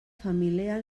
família